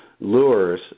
lures